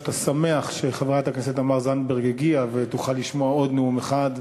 שאתה שמח שחברת הכנסת תמר זנדברג הגיעה ותוכל לשמוע עוד נאום אחד.